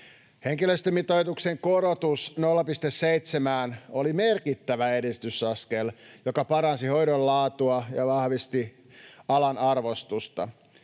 Henkilöstömitoituksen korotus 0,7:ään oli merkittävä edistysaskel, joka paransi hoidon laatua ja vahvisti alan arvostusta.